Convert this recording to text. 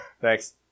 Thanks